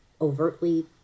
overtly